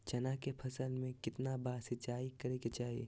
चना के फसल में कितना बार सिंचाई करें के चाहि?